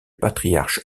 patriarche